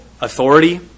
authority